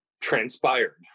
transpired